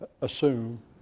assume